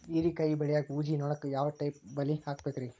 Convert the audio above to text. ಹೇರಿಕಾಯಿ ಬೆಳಿಯಾಗ ಊಜಿ ನೋಣಕ್ಕ ಯಾವ ಟೈಪ್ ಬಲಿ ಹಾಕಬೇಕ್ರಿ?